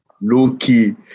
Low-key